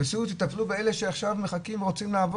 תטפלו באלה שעכשיו מחכים ורוצים לעבוד,